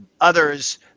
others